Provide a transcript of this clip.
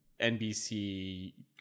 NBC